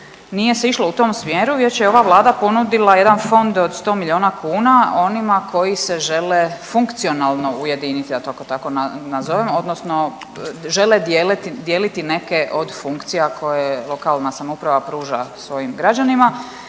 Nije se išlo u tom smjeru već je ova Vlada ponudila jedan fond od 100 milijuna kuna onima koji se žele funkcionalno ujediniti da to tako nazovem odnosno žele dijeliti, dijeliti neke od funkcija koje lokalna samouprava pruža svojim građanima